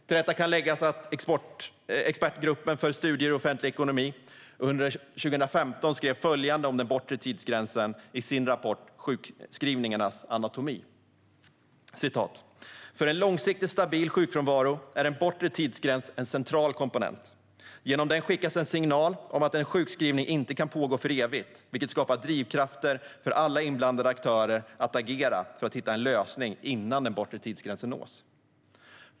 Till detta kan läggas att Expertgruppen för studier i offentlig ekonomi under 2015 skrev följande om den bortre tidsgränsen i sin rapport Sjukskrivningarnas anatomi : "För en långsiktigt stabil sjukfrånvaro är en bortre tidsgräns en central komponent. Genom den skickas en signal om att en sjukskrivning inte kan pågå för evigt vilket skapar drivkrafter för alla inblandade aktörer att agera för att hitta en lösning innan den bortre tidsgränsen nås.